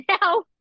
now